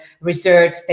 research